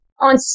On